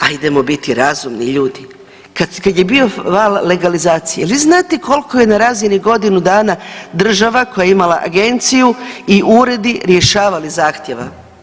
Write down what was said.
Ajdemo biti razumni ljudi, kad je bio val legalizacije jel vi znate koliko je na razini godinu dana država koja je imala agenciju i uredi rješavali zahtjeva?